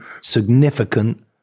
significant